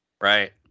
Right